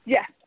Yes